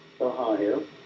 Ohio